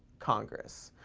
congress.